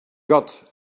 got